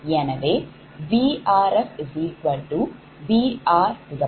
எனவே VrfVr0∆VrVr0 ZrrIf